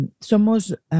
somos